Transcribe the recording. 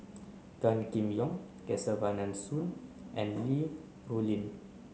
Gan Kim Yong Kesavan Soon and Li Rulin